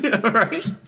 right